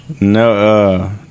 No